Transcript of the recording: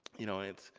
you know it's,